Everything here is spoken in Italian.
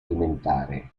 alimentare